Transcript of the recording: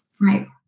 Right